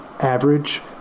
average